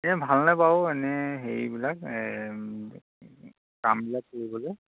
ভাল নে বাৰু এনেই হেৰিবিলাক কামবিলাক কৰিবলে